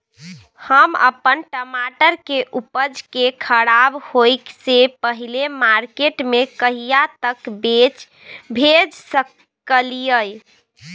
हम अपन टमाटर के उपज के खराब होय से पहिले मार्केट में कहिया तक भेज सकलिए?